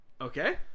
Okay